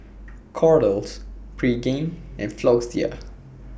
Kordel's Pregain and Floxia